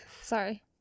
Sorry